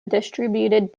distributed